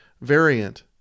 variant